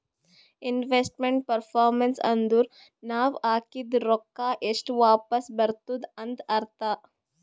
investment performance ಅಂದುರ್ ನಾವ್ ಹಾಕಿದ್ ರೊಕ್ಕಾ ಎಷ್ಟ ವಾಪಿಸ್ ಬರ್ತುದ್ ಅಂತ್ ಅರ್ಥಾ